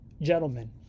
gentlemen